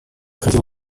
хотел